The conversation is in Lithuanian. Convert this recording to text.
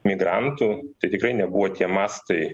migrantų tai tikrai nebuvo tie mastai